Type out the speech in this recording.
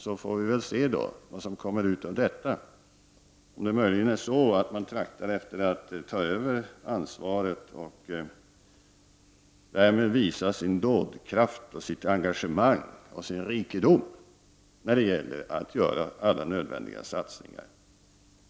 Vi får väl se vad som kommer ut av detta, om det möjligen är så att man traktar efter att ta över ansvaret och därmed visa sin dådkraft, sitt engagemang och sin rikedom när det gäller att göra alla nödvändiga satsningar.